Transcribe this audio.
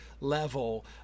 Level